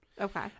Okay